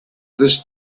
this